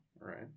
Right